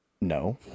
No